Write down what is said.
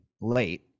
late